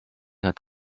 had